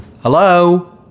hello